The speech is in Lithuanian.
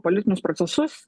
politinius procesus